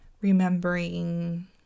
remembering